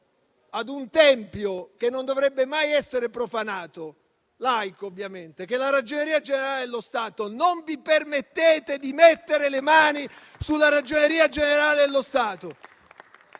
ad un tempio, che non dovrebbe mai essere profanato, ovviamente laico, che è la Ragioneria generale dello Stato. Non vi permettete di mettere le mani sulla Ragioneria generale dello Stato.